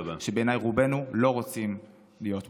שבעיניי רובנו לא רוצים להיות בו.